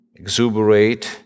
exuberate